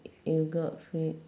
you got